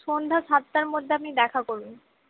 সন্ধ্যা সাতটার মধ্যে আপনি দেখা করুন